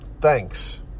thanks